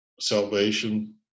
salvation